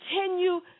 continue